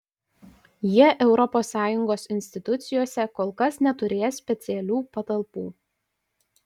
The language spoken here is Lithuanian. jie europos sąjungos institucijose kol kas neturės specialių patalpų